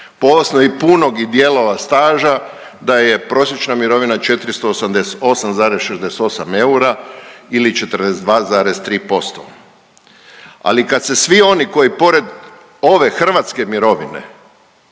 po osnovi punog i dijelova staža da je prosječna mirovina 488,68 eura ili 42,3% ali kad se svi oni koji pored ove hrvatske mirovine,